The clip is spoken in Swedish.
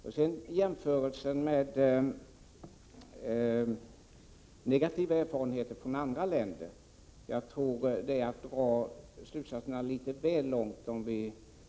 Beträffande jämförelsen med andra länder, där man har negativa erfarenheter, anser jag att man inte kan dra så långtgående slutsatser.